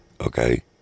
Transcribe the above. Okay